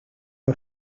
are